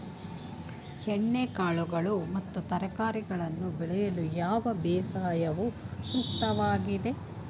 ಎಣ್ಣೆಕಾಳುಗಳು ಮತ್ತು ತರಕಾರಿಗಳನ್ನು ಬೆಳೆಯಲು ಯಾವ ಬೇಸಾಯವು ಸೂಕ್ತವಾಗಿದೆ?